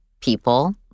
people